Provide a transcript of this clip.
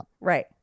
Right